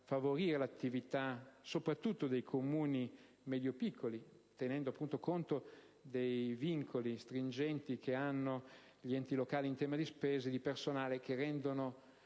favorire l'attività soprattutto dei Comuni medio-piccoli, tenendo appunto conto dei vincoli stringenti che hanno gli enti locali in tema di spese e di personale, che rendono